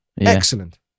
Excellent